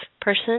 person